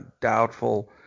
doubtful